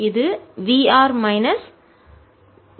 இது V minus V க்கு சமம்